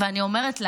ואני אומרת לה